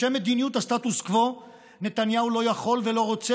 בשל מדיניות הסטטוס קוו נתניהו לא יכול ולא רוצה